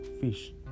fish